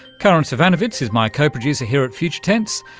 karin zsivanovits is my co-producer here at future tense.